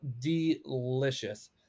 delicious